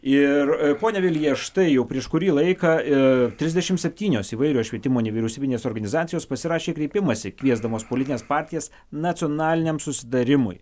ir ponia vilija štai jau prieš kurį laiką i trisdešimt septynios įvairios švietimo nevyriausybinės organizacijos pasirašė kreipimąsi kviesdamos politines partijas nacionaliniam susitarimui